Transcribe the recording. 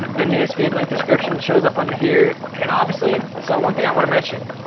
the newsfeed link description shows up under here. and obviously, so one thing i want to mention.